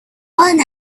one